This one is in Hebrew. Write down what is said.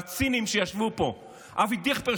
והצינים שישבו פה: אבי דיכטר,